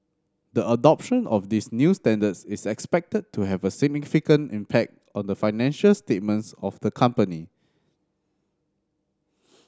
the adoption of these new standards is expected to have a significant impact on the financial statements of the company